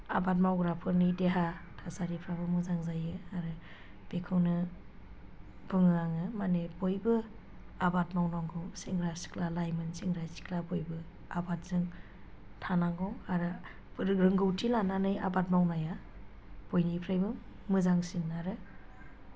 आबाद मावग्राफोरनि देहा थासारिफ्राबो मोजां जायो आरो बेखौनो बुङो आङो माने बयबो आबाद मावनांगौ सेंग्रा सिख्ला लाइमोन सेंग्रा सिख्ला बयबो आबादजों थानांगौ आरो रोंगौथि लानानै आबाद मावनाया बयनिफ्रायबो मोजांसिन आरो